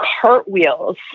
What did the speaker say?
cartwheels